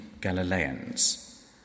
Galileans